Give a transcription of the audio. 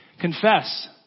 Confess